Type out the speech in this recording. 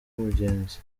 umugenzi